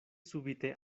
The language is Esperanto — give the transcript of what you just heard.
subite